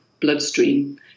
bloodstream